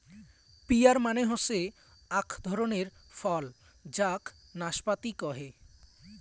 peer মানে হসে আক ধরণের ফল যাক নাসপাতি কহে